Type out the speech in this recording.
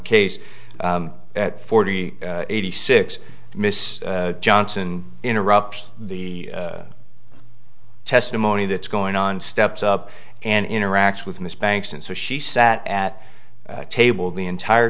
case at forty eighty six miss johnson interrupt the testimony that's going on stepped up and interact with miss banks and so she sat at a table the entire